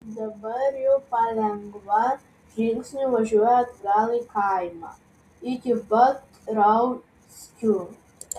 dabar jau palengva žingsniu važiuoja atgal į kaimą iki pat rauckių